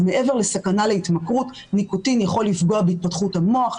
אז מעבר לסכנה להתמכרות ניקוטין יכול לפגוע בהתפתחות המוח,